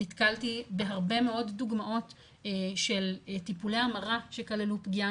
נתקלתי בהרבה מאוד דוגמאות של טיפולי המרה שכללו פגיעה